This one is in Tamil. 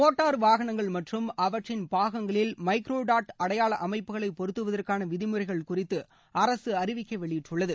மோட்டார் வாகனங்கள் மற்றும் அவற்றின் பாகங்களில் மைக்ரோடாட் அடையாள அமைப்புகளை பொருத்துவதற்கான விதிமுறைகள் குறித்து அரசு அறிவிக்கை வெளியிட்டுள்ளது